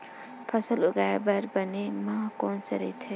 फसल उगाये बर बने माह कोन से राइथे?